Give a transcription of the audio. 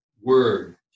word